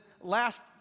last